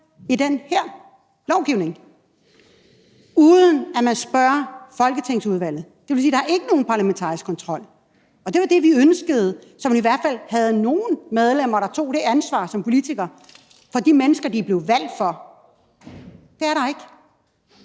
i den her lovgivning, uden at man spørger folketingsudvalget. Det vil sige, at der ikke er nogen parlamentarisk kontrol. Det var det, vi ønskede, og der var i hvert fald nogle medlemmer, som tog det ansvar som politikere for de mennesker, de er blevet valgt af. Det er der ikke.